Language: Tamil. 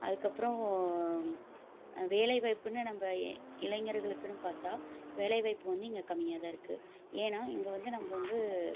அதுக்கப்புறோம் வேலைவாய்ப்புன்னு நம்ம ஏ இளைஞர்களுக்குன்னு பார்த்தா வேலைவாய்ப்பு வந்து இங்கே கம்மியாக தான் இருக்குது ஏன்னால் இங்கே வந்து நம்ம வந்து